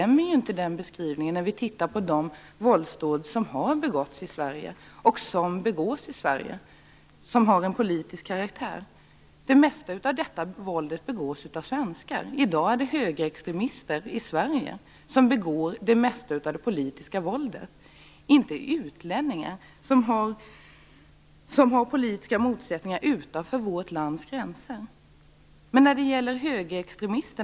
Men den beskrivningen stämmer inte när man ser på de våldsdåd av politisk karaktär som har begåtts och begås i Sverige. Det mesta av detta våld begås av svenskar. I dag är det högerextremister i Sverige - inte utlänningar som är berörda av politiska motsättningar utanför vårt lands gränser - som utövar det mesta av det politiska våldet.